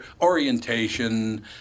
orientation